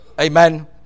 Amen